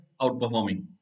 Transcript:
outperforming